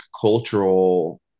cultural